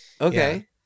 Okay